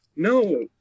No